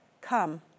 come